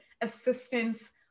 assistance